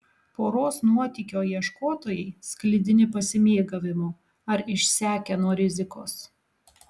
poros nuotykio ieškotojai sklidini pasimėgavimo ar išsekę nuo rizikos